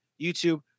YouTube